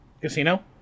Casino